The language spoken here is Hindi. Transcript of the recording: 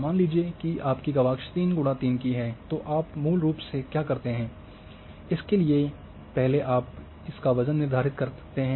मान लीजिए कि आपकी गवाक्ष 3 X 3 की है तो आप मूल रूप से क्या करते हैं इसके लिए पहले आप इसका वजन निर्धारित कर सकते हैं